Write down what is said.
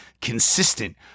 consistent